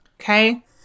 Okay